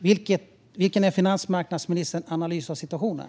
Vilken är finansmarknadsministerns analys av situationen?